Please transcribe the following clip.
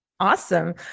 Awesome